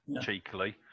cheekily